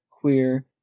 queer